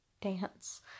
dance